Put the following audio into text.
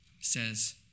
says